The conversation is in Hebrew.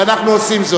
ואנחנו עושים זאת.